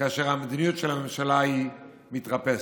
כאשר המדיניות של הממשלה היא מתרפסת.